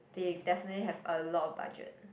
they definitely have a lot of budget